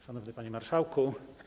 Szanowny Panie Marszałku!